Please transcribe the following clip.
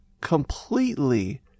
completely